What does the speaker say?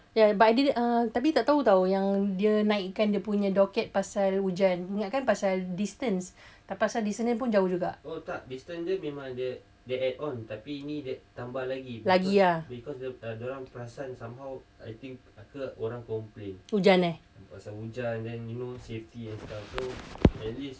ya but I didn't uh tapi tak tahu [tau] yang dia naikkan dia punya docket pasal hujan ingatkan pasal distance pasal distance dia pun jauh juga